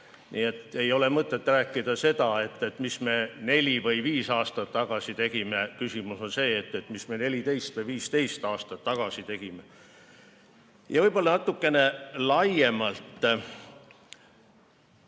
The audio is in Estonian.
Nii et ei ole mõtet rääkida sellest, mis me neli või viis aastat tagasi tegime, küsimus on selles, mis me 14 või 15 aastat tagasi tegime. Võib-olla räägin natukene laiemalt,